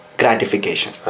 gratification